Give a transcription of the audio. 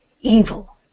evil